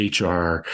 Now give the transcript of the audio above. HR